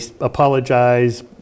apologize